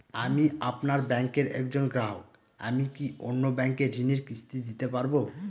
আমি আপনার ব্যাঙ্কের একজন গ্রাহক আমি কি অন্য ব্যাঙ্কে ঋণের কিস্তি দিতে পারবো?